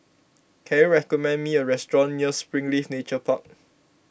can you recommend me a restaurant near Springleaf Nature Park